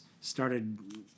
started